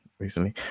recently